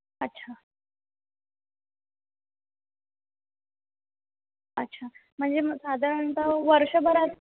अच्छा अच्छा म्हणजे म् साधारणतः वर्षभरात